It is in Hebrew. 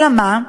אלא מה?